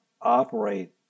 operate